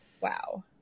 Wow